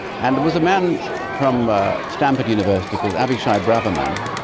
and there was a man from stanford university called avishay braverman,